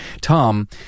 Tom